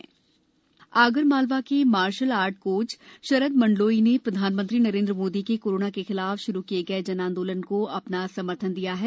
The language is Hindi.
जन आंदोलन आगरमालवा के martial art coach Sharad Mandloi ने प्रधानमंत्री नरेंद्र मोदी के कोरोना के खिलाफ श्रू किए गए जन आंदोलन को अपना समर्थन दिया है